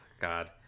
God